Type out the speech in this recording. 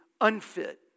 unfit